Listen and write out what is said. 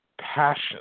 passion